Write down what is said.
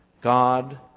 God